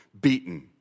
beaten